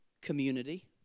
community